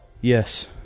Yes